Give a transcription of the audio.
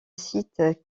site